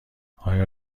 آیا